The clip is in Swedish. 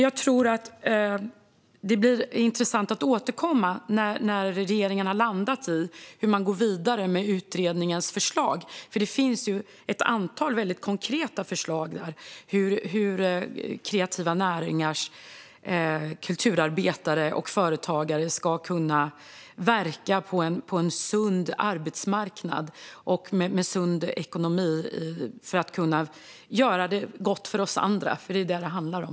Jag tror att det blir intressant att återkomma när regeringen har landat i hur man ska gå vidare med utredningens förslag. Det finns nämligen ett antal väldigt konkreta förslag på hur kreativa näringars kulturarbetare och företagare ska kunna verka på en sund arbetsmarknad och med sund ekonomi för att kunna göra gott för oss andra. Det är nämligen vad det handlar om.